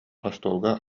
остуолга